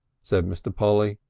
said mr. polly.